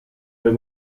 quel